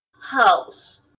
house